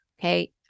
Okay